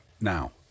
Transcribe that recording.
now